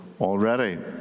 already